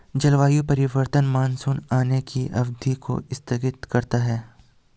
जलवायु परिवर्तन मानसून आने की अवधि को स्थगित करता है